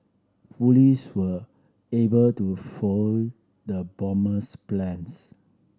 police were able to foil the bomber's plans